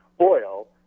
oil